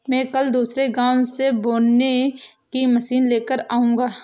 मैं कल दूसरे गांव से बोने की मशीन लेकर आऊंगा